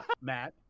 matt